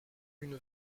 une